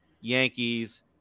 Yankees